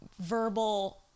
verbal